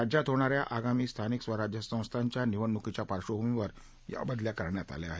राज्यात होणा या आगामी स्थानिक स्वराज्य संस्थांच्या निवडणुकींच्या पार्क्षभूमीवर या बदल्या करण्यात आल्या आहेत